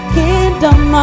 kingdom